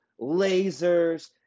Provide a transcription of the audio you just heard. lasers